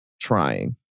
trying